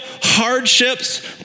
hardships